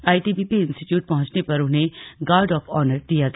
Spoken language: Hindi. आईटीबीपी इंस्टीट्यूट पहुंचने पर उन्हें गार्ड ऑफ ऑनर दिया गया